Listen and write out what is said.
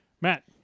Matt